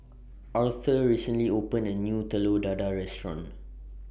Aurthur recently opened A New Telur Dadah Restaurant